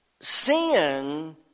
Sin